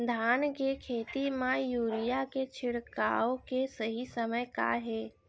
धान के खेती मा यूरिया के छिड़काओ के सही समय का हे?